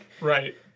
right